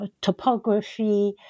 topography